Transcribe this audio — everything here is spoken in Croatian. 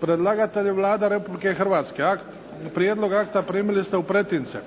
Predlagatelj je Vlada Republike Hrvatske. Prijedlog akta primili ste u pretince.